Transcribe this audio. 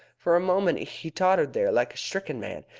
for a moment he tottered there like a stricken man,